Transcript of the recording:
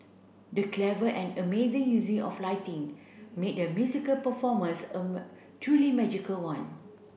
the clever and amazing using of lighting made the musical performance a truly magical one